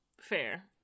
Fair